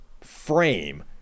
frame